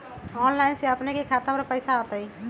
Online से अपने के खाता पर पैसा आ तई?